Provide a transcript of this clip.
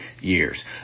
years